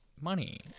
money